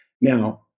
Now